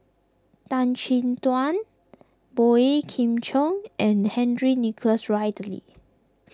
Tan Chin Tuan Boey Kim Cheng and Henry Nicholas Ridley